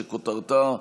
שכותרתה: